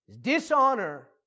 dishonor